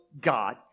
God